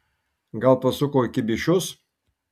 gal pasuko į kibyšius